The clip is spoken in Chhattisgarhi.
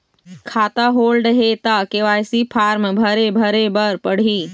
खाता होल्ड हे ता के.वाई.सी फार्म भरे भरे बर पड़ही?